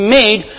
made